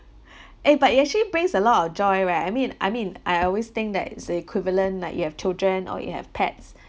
eh but it actually brings a lot of joy where I mean I mean I always think that it's equivalent like you have children or you have pets